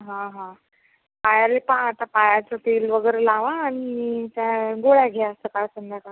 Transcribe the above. हा हा पायाला पहा आता पायाचं तेल वगैरे लावा आणि काय गोळ्या घ्या सकाळ संध्याकाळ